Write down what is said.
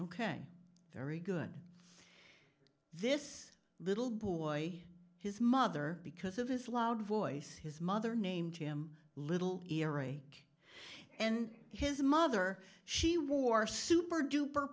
ok very good this little boy his mother because of his loud voice his mother named him little e re and his mother she wore super duper